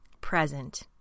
present